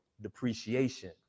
depreciation